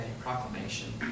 proclamation